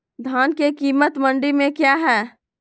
धान के कीमत मंडी में क्या है?